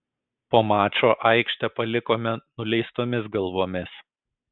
po mačo aikštę palikome nuleistomis galvomis